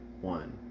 one